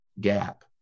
gap